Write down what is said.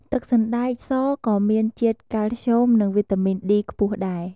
ទឹកសណ្តែកសក៏មានជាតិ កាល់ស្យូម និង វីតាមីន D ខ្ពស់ដែរ។